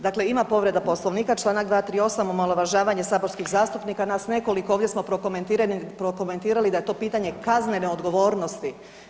Dakle ima povreda Poslovnika čl. 238. omalovažavanje saborskih zastupnika, nas nekoliko ovdje smo prokomentirali da je to pitanje kaznene odgovornosti.